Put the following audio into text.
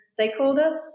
stakeholders